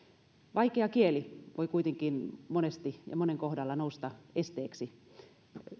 vaikea kieli voi kuitenkin monesti ja monen kohdalla nousta esteeksi